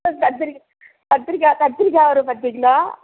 கத்திரிக்காய் கத்திரிக்காய் கத்திரிக்காய் ஒரு பத்துக் கிலோ